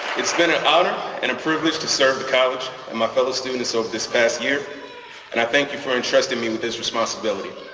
it's been an honor and a privilege to serve the college and my fellow students over this past year and i thank you for entrusting me with this responsibility.